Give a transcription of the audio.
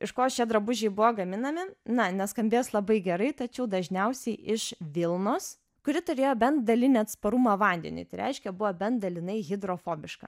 iš ko šie drabužiai buvo gaminami na neskambės labai gerai tačiau dažniausiai iš vilnos kuri turėjo bent dalinį atsparumą vandeniui tai reiškia buvo bent dalinai hidrofobiška